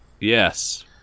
yes